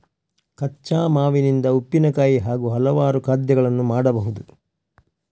ಕಚ್ಚಾ ಮಾವಿನಿಂದ ಉಪ್ಪಿನಕಾಯಿ ಹಾಗೂ ಹಲವಾರು ಖಾದ್ಯಗಳನ್ನು ಮಾಡಬಹುದು